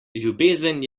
ljubezen